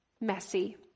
messy